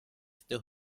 still